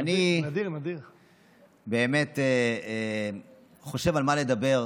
אני באמת חושב על מה לדבר,